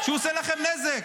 שהוא עושה לכם נזק.